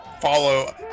follow